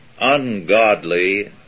ungodly